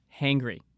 Hangry